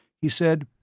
he said,